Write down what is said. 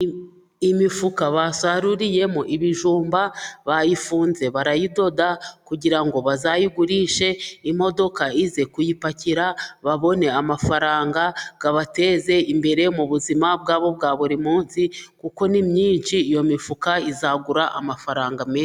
Imifuka basaruriyemo ibijumba, bayifunze barayidoda kugira ngo bazayigurishe. Imodoka ize kuyipakira babone amafaranga abateze imbere mu buzima bwabo bwa buri munsi, kuko ni myinshi iyo mifuka izagura amafaranga menshi.